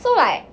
so like